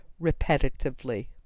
repetitively